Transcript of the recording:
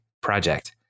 project